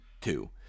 two